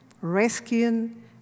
rescuing